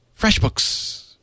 FreshBooks